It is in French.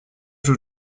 tout